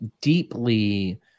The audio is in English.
deeply